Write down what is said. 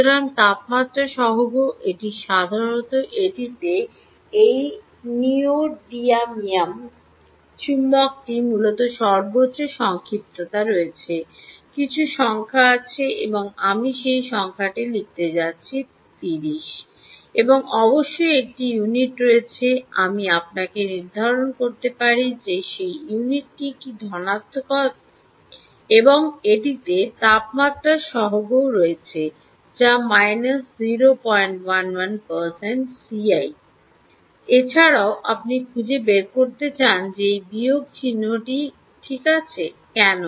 সুতরাং তাপমাত্রা সহগ এটি সাধারণত এটিতে এই নিউওডিয়ামিয়াম চুম্বকটি মূলত সর্বোচ্চ সংক্ষিপ্ততা রয়েছে কিছু সংখ্যা আছে এবং আমি সেই সংখ্যাটি লিখতে যাচ্ছি 30 এবং অবশ্যই একটি ইউনিট রয়েছে আমি আপনাকে নির্ধারণ করতে পারি যে সেই ইউনিটটি কী ধনাত্মকতা এবং এটিতে তাপমাত্রার সহগও রয়েছে যা 011 ° সিআই এছাড়াও আপনি খুঁজে বের করতে চান যে এই বিয়োগ চিহ্নটি ঠিক আছে কেন